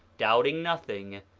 doubting nothing,